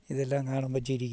ഇതെല്ലാം കാണുമ്പം ചിരിക്കും